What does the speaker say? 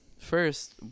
First